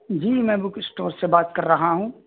جی میں book store سے بات کر رہا ہوں